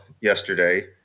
yesterday